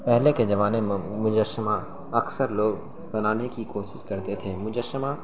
پہلے کے زمانے میں مجسمہ اکثر لوگ بنانے کی کوشش کرتے تھے مجسمہ